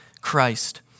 Christ